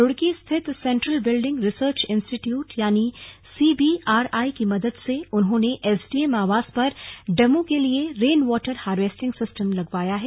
रूड़की स्थित central building research institute यानी CBRI की मदद से उन्होंने एसडीएम आवास पर डेमो के लिए रेन वाटर हार्वेस्टिंग सिस्टम लगवाया है